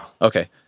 Okay